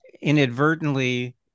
inadvertently